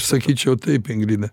sakyčiau taip ingrida